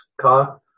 car